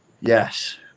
yes